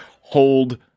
hold